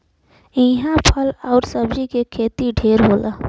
इहां फल आउर सब्जी के खेती ढेर होला